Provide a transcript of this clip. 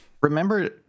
Remember